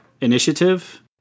initiative